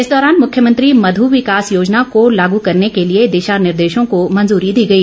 इस दौरान मुख्यमंत्री मधु विकास योजना को लागू करने के लिए दिशा निर्देशों को मंजूरी दी गई